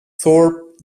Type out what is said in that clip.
thorp